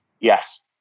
Yes